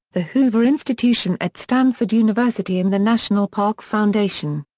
the hoover institution at stanford university and the national park foundation.